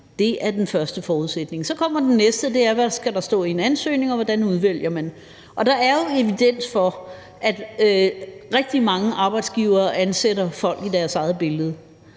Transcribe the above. er den første forudsætning. Så kommer det næste, og det er, hvad der skal stå i en ansøgning, og hvordan man udvælger en ansøger. Der er jo evidens for, at rigtig mange arbejdsgivere ansætter folk i deres eget billede.